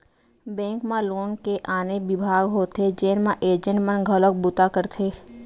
bank म loan के आने बिभाग होथे जेन म एजेंट मन घलोक बूता करथे